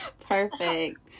Perfect